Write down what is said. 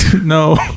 No